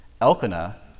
Elkanah